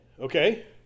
Okay